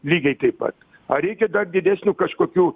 lygiai taip pat ar reikia dar didesnių kažkokių